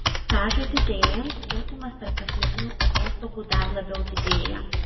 stažui didėjant skirtumas tarp kasmetinių atostogų dar labiau didėja